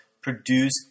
produce